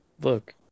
Look